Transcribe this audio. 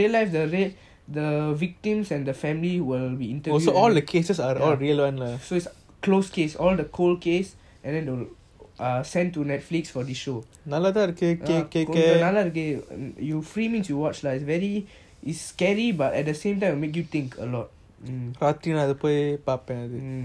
real life the the victims and the family will be interviewed so it's closed case all the closed case and then they will err send to netflix for this show கொஞ்சம் நல்ல இறுகிய:konjam nalla irukey you free you can watch lah is very is scary but at the same time will make you think a lot mm